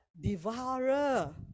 devourer